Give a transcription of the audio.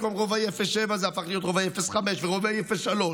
ובמקום רובאי 07 זה הפך להיות רובאי 05 ורובאי 03,